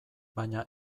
baina